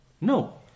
No